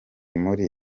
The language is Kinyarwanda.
muri